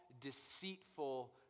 deceitful